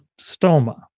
stoma